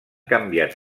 canviat